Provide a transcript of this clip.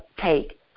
take